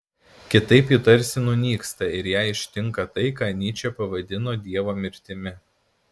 kitaip ji tarsi nunyksta ir ją ištinka tai ką nyčė pavadino dievo mirtimi